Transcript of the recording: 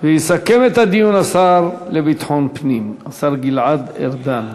ויסכם את הדיון השר לביטחון פנים, השר גלעד ארדן.